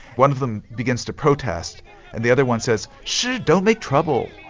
one of them begins to protest and the other one says, shush, don't make trouble.